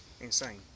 insane